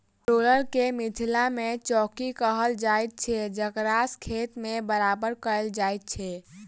roller के मिथिला मे चौकी कहल जाइत छै जकरासँ खेत के बराबर कयल जाइत छै